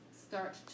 start